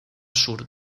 sur